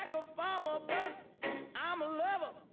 like a farmer, but i'm a lover